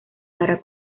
para